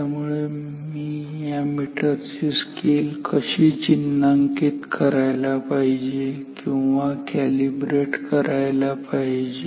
त्यामुळे मी या मीटरची स्केल कशी चिन्हांकित करायला पाहिजे किंवा कॅलीब्रेट करायला पाहिजे